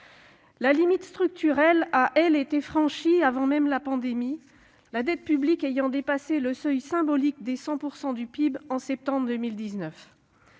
La limite structurelle, quant à elle, a été franchie avant même la pandémie, la dette publique ayant dépassé le seuil symbolique de 100 % du PIB en septembre 2019.